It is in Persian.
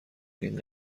این